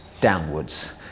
downwards